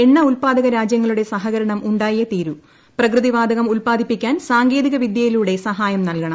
എണ്ണ ഉത്പാദനക രാജ്യങ്ങളുടെ സഹകരണം ഉ പ്രകൃതിവാതകം ഉത്പാദിപ്പിക്കാൻ സാങ്കേതിക വിദ്യയിലൂടെ സഹായം നൽകണം